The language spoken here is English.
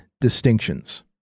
distinctions